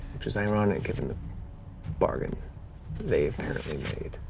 which is ironic given the bargain they apparently made.